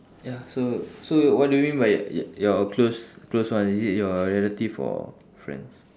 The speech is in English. ya so so what do you mean by y~ your close close one is it your relative or friends